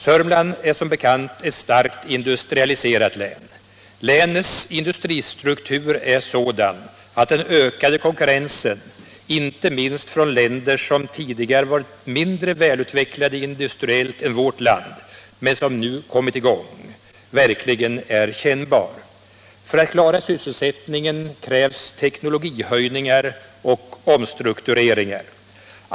Sörmland är som bekant ett starkt industrialiserat län. Länets industristruktur är sådan att den ökade konkurrensen, inte minst från länder som tidigare varit mindre välutvecklade industriellt än vårt land, men som nu kommit i gång, verkligen är kännbar. För att klara sysselsättningen krävs teknologihöjningar och omstruktureringar.